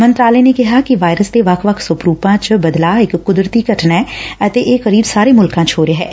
ਮੰਤਰਾਲੇ ਨੇ ਕਿਹੈ ਕਿ ਵਾਇਰਸ ਦੇ ਵੱਖ ਵੱਖ ਸਵਰੁਪਾਂ ਚ ਬਦਲਾਅ ਇਕ ਕੁਦਰਤੀ ਘਟਨਾ ਐ ਅਤੇ ਇਹ ਕਰੀਬ ਸਾਰੇ ਮੁਲਕਾਂ ਚ ਹੋ ਰਿਹੈ